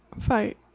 fight